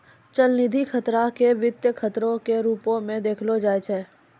चलनिधि खतरा के वित्तीय खतरो के रुपो मे देखलो जाय छै